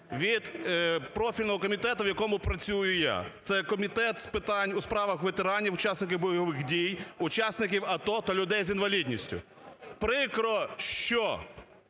від профільного комітету, в якому працюю я. Це Комітет з питань у справах ветеранів, учасників бойових дій, учасників АТО та людей з інвалідністю. Прикро, що